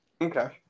Okay